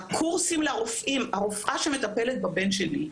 הרופאה שמטפלת בבן שלי,